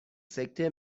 سکته